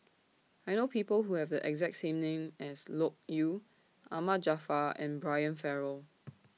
I know People Who Have The exact name as Loke Yew Ahmad Jaafar and Brian Farrell